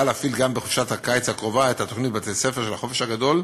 להפעיל גם בחופשת הקיץ הקרובה את התוכנית בתי-הספר של החופש הגדול.